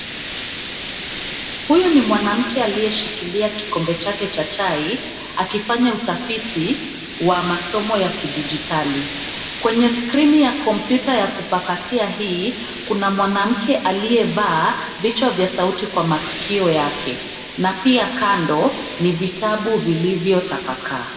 Huyu ni mwanamke aliyeshikilia kikombe chake cha chai akifanya utafiti wa masomo ya kidijitali. Kwenye skrini ya kompyuta ya kupakatia hii, kuna mwanamke aliyevaa vichwa vya sauti kwa masikio yake na pia kando ni vitabu vilivyotapakaa.